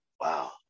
wow